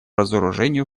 разоружению